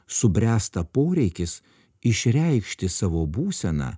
subręsta poreikis išreikšti savo būseną